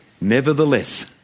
nevertheless